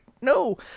no